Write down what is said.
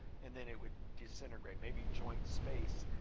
and then it would disintegrate. maybe joint space.